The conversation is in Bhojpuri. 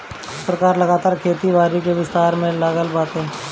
सरकार लगातार खेती बारी के विस्तार में लागल बाटे